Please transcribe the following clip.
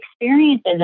experiences